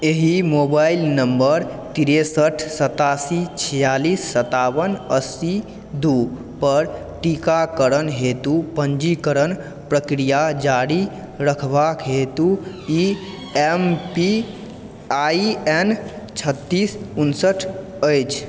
एहि मोबाइल नम्बर तिरसठ सत्तासी छिआलिस सतावन अस्सी दूपर टीकाकरण हेतु पञ्जीकरणके प्रक्रिया जारी रखबाक हेतु E M P I N छत्तीस उनसठ अछि